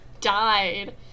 died